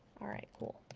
all right, cool.